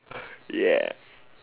yeah